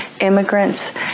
immigrants